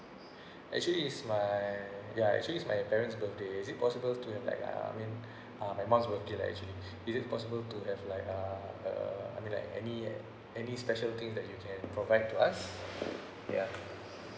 actually it's my ya actually it's my parent's birthdays is it possible to have like uh I mean uh my mom's birthday lah actually is it possible to have like a uh I mean like any any special thing that you can provide to us ya